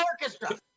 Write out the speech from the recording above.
orchestra